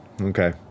Okay